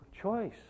choice